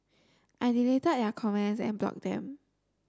I deleted their comments and block them